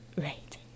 Right